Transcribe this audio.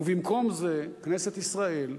במקום זה כנסת ישראל,